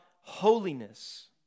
holiness